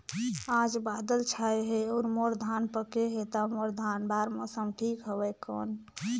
आज बादल छाय हे अउर मोर धान पके हे ता मोर धान बार मौसम ठीक हवय कौन?